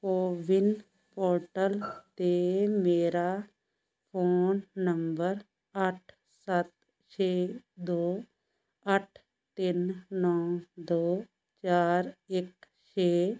CoWIN portal 'ਤੇ ਮੇਰਾ phone number ਅੱਠ ਸੱਤ ਛੇ ਦੋ ਅੱਠ ਤਿੰਨ ਨੌ ਦੋ ਚਾਰ ਇੱਕ ਛੇ